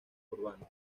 urbano